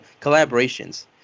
Collaborations